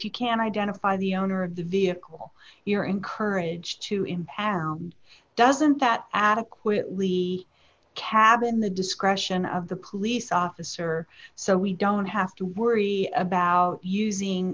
you can identify the owner of the vehicle you're encouraged to imperil doesn't that adequately cabin the discretion of the police officer so we don't have to worry about using